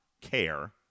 care